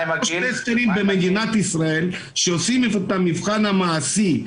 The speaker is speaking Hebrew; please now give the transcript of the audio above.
-- יש טסטרים במדינת ישראל שעושים את המבחן המעשי,